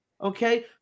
okay